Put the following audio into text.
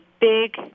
big